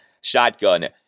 shotgun